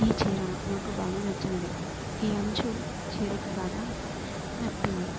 ఈ చీర నాకు బాగా నచ్చింది ఈ అంచు చీరకు బాగా నప్పింది